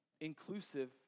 inclusive